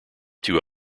two